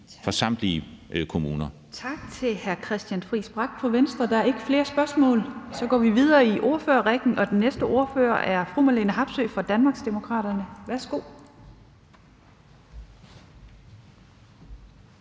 for samtlige kommuner.